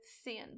sin